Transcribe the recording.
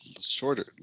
shorter